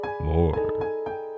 more